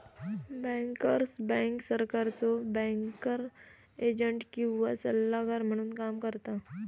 bankers bank सरकारचो banker agent किंवा सल्लागार म्हणून काम करता